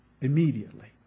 immediately